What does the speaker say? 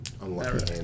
unlucky